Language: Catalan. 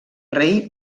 rei